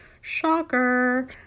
shocker